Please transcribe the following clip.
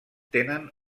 tenen